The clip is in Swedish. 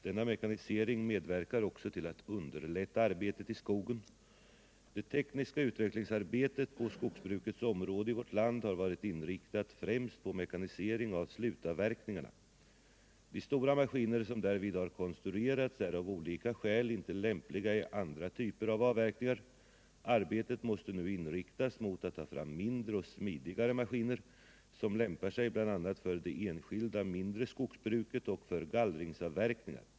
Denna mekanisering medverkar också till att underlätta arbetet i skogen. Det tekniska utvecklingsarbetet på skogsbrukets område i vårt land har varit inriktat främst på mekanisering av slutavverkningarna. De stora maskiner som därvid har konstruerats är av olika skäl inte lämpliga I andra typer av avverkningar. Arbetet måste nu inriktas mot att ta fram mindre och smidigare maskiner som lämpar sig bl.a. för det enskilda mindre skogsbruket och för gallringsavverkningar.